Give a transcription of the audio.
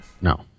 No